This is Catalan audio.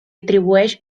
atribueix